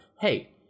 hey